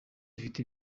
ifite